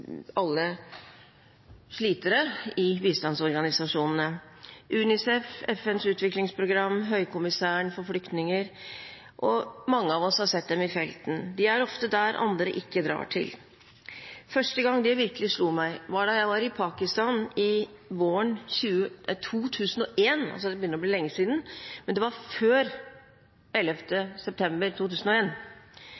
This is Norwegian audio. alle FNs slitere i bistandsorganisasjonene, UNICEF, FNs utviklingsprogram og FNs høykommissær for flyktninger. Mange av oss har sett dem i felten. De er ofte der andre ikke drar til. Første gang det virkelig slo meg, var da jeg var i Pakistan våren 2001 – det begynner å bli lenge siden – men det var før